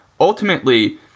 ultimately